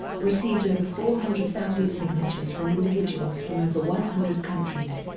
received over four hundred thousand signatures from individuals from over one hundred countries.